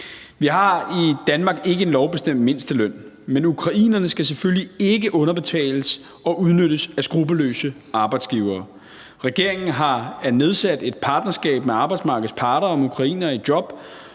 Vi har i Danmark ikke en lovbestemt mindsteløn, men ukrainerne skal selvfølgelig ikke underbetales og udnyttes af skruppelløse arbejdsgivere. Regeringen har nedsat et partnerskab med arbejdsmarkedets parter om ukrainere i job,